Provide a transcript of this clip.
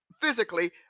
physically